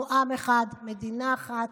אנחנו עם אחד, מדינה אחת.